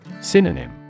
Synonym